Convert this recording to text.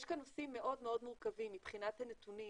יש כאן נושאים מאוד מאוד מורכבים, מבחינת הנתונים,